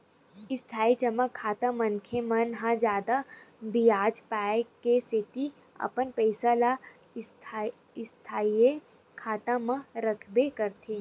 इस्थाई जमा खाता मनखे मन ह जादा बियाज पाय के सेती अपन पइसा ल स्थायी खाता म रखबे करथे